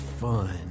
fun